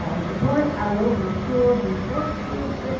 ah support our local schools and sports groups,